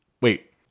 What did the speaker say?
Wait